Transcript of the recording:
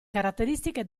caratteristiche